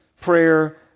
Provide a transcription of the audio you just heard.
prayer